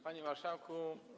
Panie Marszałku!